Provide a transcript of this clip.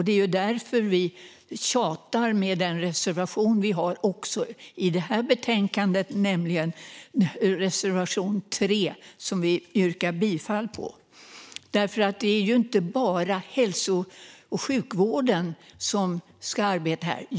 Det är därför vi tjatar med den reservation som vi har också i det här betänkandet. Det handlar om reservation 3, som vi yrkar bifall till. Det är ju inte bara hälso och sjukvården som ska arbeta här.